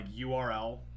URL